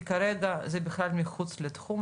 כי כרגע זה בכלל מחוץ לתחום,